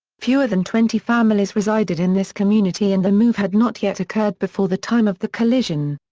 fewer than twenty families resided in this community and the move had not yet occurred before the time of the collision.